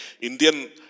Indian